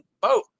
boat